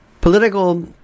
political